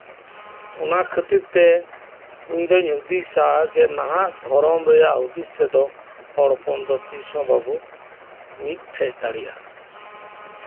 ᱚᱱᱟ ᱠᱷᱟᱹᱛᱤᱨᱛᱮ ᱤᱧ ᱫᱩᱧ ᱦᱩᱫᱤᱥᱟ ᱱᱟᱦᱟᱜ ᱫᱷᱚᱨᱚᱢ ᱨᱮᱭᱟᱜ ᱦᱩᱫᱤᱥ ᱛᱮᱫᱚ ᱦᱚᱲ ᱦᱚᱯᱚᱱ ᱛᱤᱥᱦᱚᱸ ᱵᱟᱵᱚᱱ ᱢᱤᱫ ᱫᱟᱲᱮᱭᱟᱜᱼᱟ